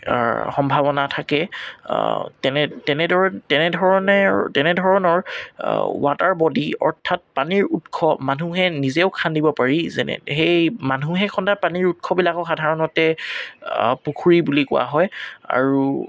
সম্ভাৱনা থাকে তেনে তেনে তেনেদৰে তেনেধৰণে তেনেধৰণৰ ৱাটাৰ বডী অৰ্থাৎ পানীৰ উৎস মানুহে নিজেও খান্দিব পাৰি যেনে সেই মানুহে খন্দা পানীৰ উৎসবিলাকক সাধাৰণতে পুখুৰী বুলি কোৱা হয় আৰু